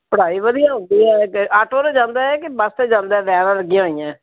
ਪੜ੍ਹਾਈ ਵਧੀਆ ਹੁੰਦੀ ਆ ਆਟੋ ਤਾਂ ਜਾਂਦਾ ਕਿ ਬੱਸ 'ਤੇ ਜਾਂਦਾ ਵੈਨਾਂ ਲੱਗੀਆਂ ਹੋਈਆਂ